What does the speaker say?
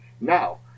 Now